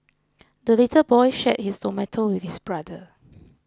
the little boy shared his tomato with his brother